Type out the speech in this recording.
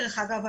דרך אגב,